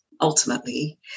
ultimately